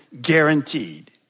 guaranteed